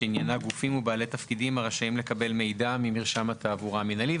שעניינה: גופים ובעלי תפקידים הרשאים לקבל מידע ממרשם התעבורה המינהלי.